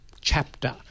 chapter